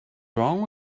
wrong